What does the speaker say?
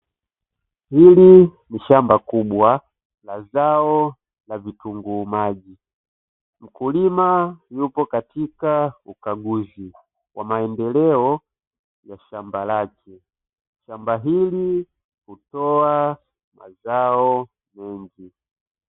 Hili ni shamba kubwa la zao la vitunguu maji, mkulima yupo katika ukaguzi wa maendeleo ya shamba lake, shamba hili hutoa mazao mengi.